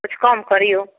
किछु कम करिऔ